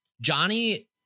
Johnny